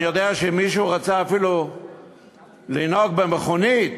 אני יודע שאם מישהו רוצה אפילו לנהוג במכונית,